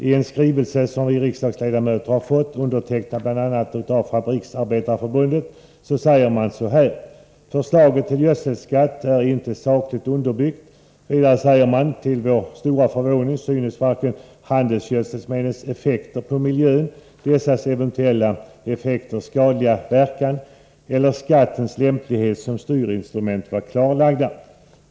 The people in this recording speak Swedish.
I en skrivelse som vi riksdagsledamöter har fått, undertecknad bl.a. av Fabriksarbetareförbundet, säger man så här: ”Förslaget till gödselskatt är inte sakligt underbyggt.” Vidare framhåller man: ”Till vår stora förvåning synes varken handelsgödselmedlens effekter på miljön, dessa eventuella effekters skadliga verkan eller skattens lämplighet som styrinstrument vara klarlagda.